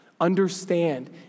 Understand